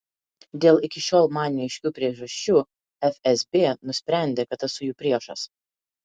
dėl iki šiol man neaiškių priežasčių fsb nusprendė kad esu jų priešas